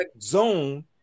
zone